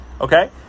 okay